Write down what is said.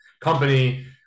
company